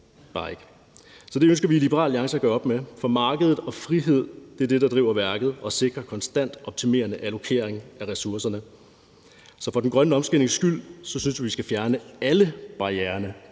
bare ikke. Så det ønsker vi i Liberal Alliance at gøre op med, for markedet og friheden er det, der driver værket, og som sikrer en konstant optimerende allokering af ressourcerne. Så for den grønne omstillings skyld synes vi, at man skal fjerne alle barriererne